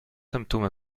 symptôme